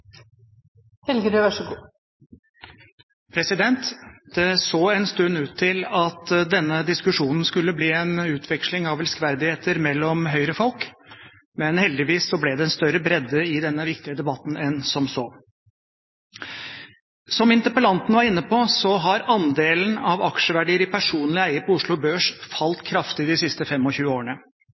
Det så en stund ut til at denne diskusjonen skulle bli en utveksling av elskverdigheter mellom Høyre-folk, men heldigvis ble det en større bredde i denne viktige debatten enn som så. Som interpellanten var inne på, har andelen av aksjeverdier i personlig eie på Oslo Børs falt kraftig de siste 25 årene.